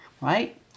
right